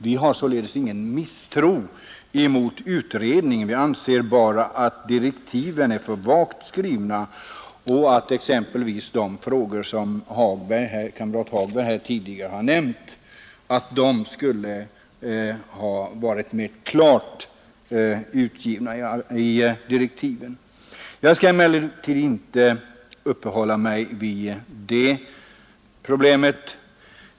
Vi har ingen misstro mot utredningen, men vi anser att direktiven är för vagt skrivna och att de frågor som kamrat Hagberg tidigare har nämnt skulle ha varit klarare angivna i direktiven. Jag skall emellertid inte uppehålla mig vid det problemet.